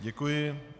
Děkuji.